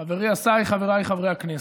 חברי השר, חבריי חברי הכנסת,